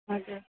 हजुर